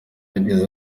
yagize